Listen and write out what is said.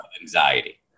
Anxiety